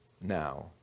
now